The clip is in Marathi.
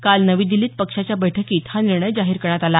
काल नवी दिल्लीत पक्षाच्या बैठकीत हा निर्णय जाहीर करण्यात आला